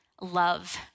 love